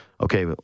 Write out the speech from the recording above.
Okay